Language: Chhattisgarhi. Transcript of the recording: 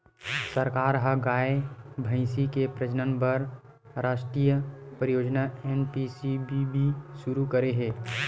सरकार ह गाय, भइसी के प्रजनन बर रास्टीय परियोजना एन.पी.सी.बी.बी सुरू करे हे